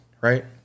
right